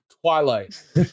Twilight